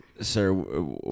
Sir